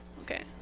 Okay